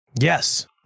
Yes